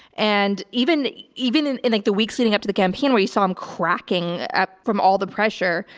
and even even in in like the weeks leading up to the campaign where you saw him cracking up from all the pressure,